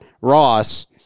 Ross